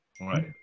right